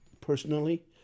personally